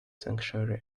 sanctuary